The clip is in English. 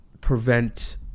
prevent